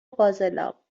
فاضلاب